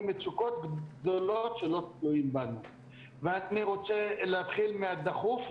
סלקציה, אני אתן לכם תשובה